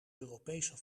europese